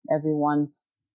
everyone's